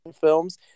films